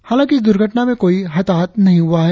हालांकि इस दुर्घटना में कोई हताहत नहीं हुआ है